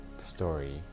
story